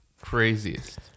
Craziest